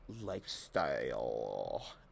lifestyle